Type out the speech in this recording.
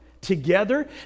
together